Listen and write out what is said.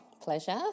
pleasure